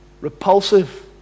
repulsive